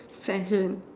session